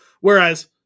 Whereas